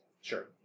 Sure